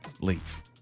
leave